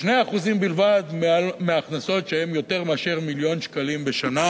2% בלבד מההכנסות שהן יותר מאשר מיליון שקלים בשנה.